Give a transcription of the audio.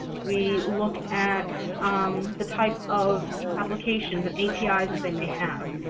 we look at the type of applications and apis that they may have.